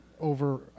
over